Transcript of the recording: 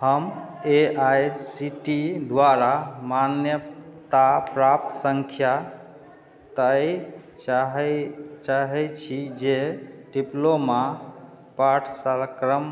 हम A I C T द्वारा मान्यता प्राप्त सङ्ख्या तय चाहै चाहै छी जे डिप्लोमा पाठ्य स क्रम